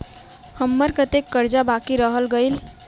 हम्मर कत्तेक कर्जा बाकी रहल गेलइ?